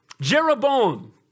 Jeroboam